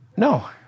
No